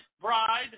bride